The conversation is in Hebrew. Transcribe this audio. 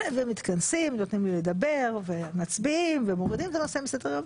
ומתכנסים ונותנים לי לדבר ומצביעים ומורידים את הנושא מסדר היום,